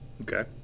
Okay